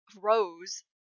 Rose